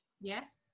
yes